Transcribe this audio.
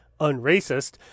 unracist